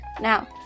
Now